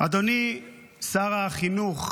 אדוני שר החינוך,